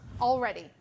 Already